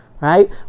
right